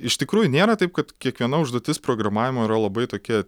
iš tikrųjų nėra taip kad kiekviena užduotis programavimo yra labai tokia